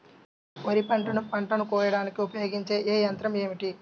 వరిపంటను పంటను కోయడానికి ఉపయోగించే ఏ యంత్రం ఏమిటి?